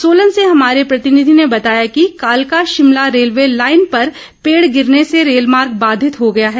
सोलन से हमारे प्रतिनिधी ने बताया कि कालका शिमला रेलवे लाईन पर पेड़ गिरने से रेलमार्ग बाधित हो गया है